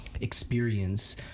experience